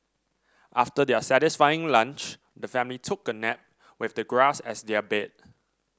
after their satisfying lunch the family took a nap with the grass as their bed